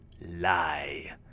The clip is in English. lie